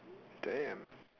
damn